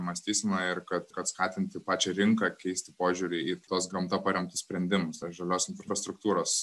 mąstysenoje ir kad kad skatinti pačią rinką keisti požiūrį į tuos gamta paremtus sprendimus ar žalios infrastruktūros